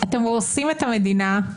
אתם הורסים את המדינה,